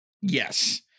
Yes